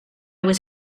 was